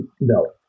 No